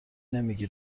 نمیگی